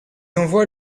envoient